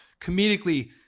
Comedically